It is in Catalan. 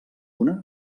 una